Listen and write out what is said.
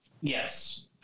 Yes